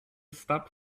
stop